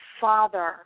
father